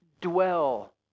Dwell